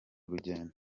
rugendo